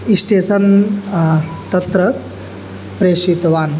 station तत्र प्रेषितवान्